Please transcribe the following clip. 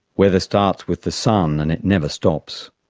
weather starts with the sun and it never stops.